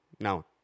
now